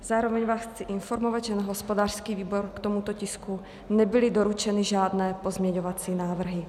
Zároveň vás chci informovat, že hospodářskému výboru k tomuto tisku nebyly doručeny žádné pozměňovací návrhy.